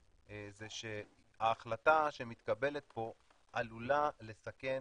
זה שההחלטה שמתקבלת פה עלולה לסכן